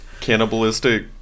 cannibalistic